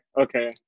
okay